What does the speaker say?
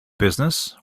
business